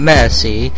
Mercy